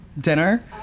dinner